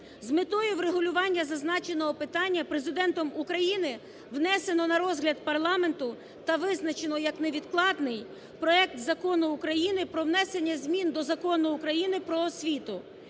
З метою врегулювання за значеного питання Президентом України внесено на розгляд парламенту та визначено як невідкладний проект Закону України про внесення змін до Закону України "Про освіту"